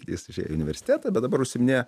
jis išėjo į universitetą bet dabar užsiiminėja